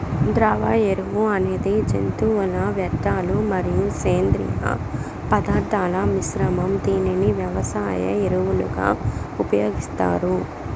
ద్రవ ఎరువు అనేది జంతువుల వ్యర్థాలు మరియు సేంద్రీయ పదార్థాల మిశ్రమం, దీనిని వ్యవసాయ ఎరువులుగా ఉపయోగిస్తారు